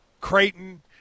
Creighton